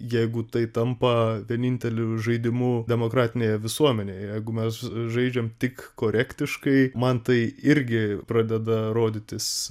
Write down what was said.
jeigu tai tampa vieninteliu žaidimu demokratinėje visuomenėje jeigu mes žaidžiam tik korektiškai man tai irgi pradeda rodytis